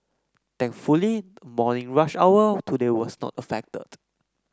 thankfully the morning rush hour today was not affected